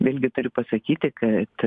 visgi turiu pasakyti kad